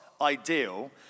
ideal